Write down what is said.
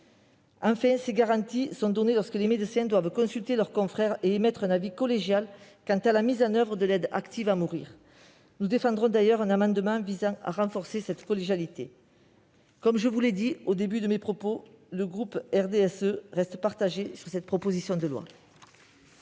Enfin, ces garanties sont données lorsque les médecins doivent consulter leurs confrères et émettre un avis collégial sur la mise en oeuvre de l'aide active à mourir. Nous défendrons d'ailleurs un amendement visant à renforcer cette collégialité. Comme je vous l'ai dit au début de mon propos, le groupe du RDSE reste partagé sur cette proposition de loi.